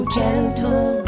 gentle